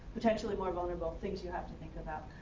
potentially more vulnerable, things you have to think about.